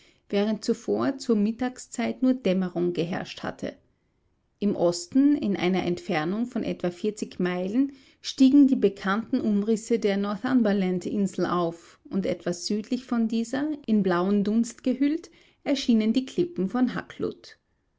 während zuvor zur mittagszeit nur dämmerung geherrscht hatte im osten in einer entfernung von etwa vierzig meilen stiegen die bekannten umrisse der northumberland insel auf und etwas südlich von dieser in blauen duft gehüllt erschienen die klippen von